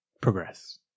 progress